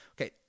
Okay